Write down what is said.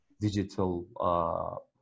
digital